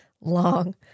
long